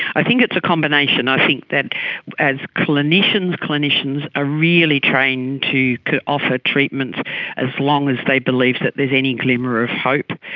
i think it's a combination. i think that clinicians clinicians are really trained to offer treatment as long as they believe that there is any glimmer of hope.